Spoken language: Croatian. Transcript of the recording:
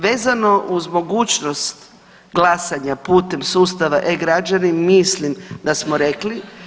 Vezano uz mogućnost glasanja putem sustav e-građani mislim da smo rekli.